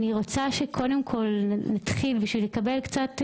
אני רוצה שנתחיל, כדי להבין את